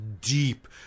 deep